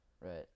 Right